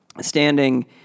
Standing